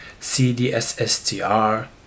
CDSSTR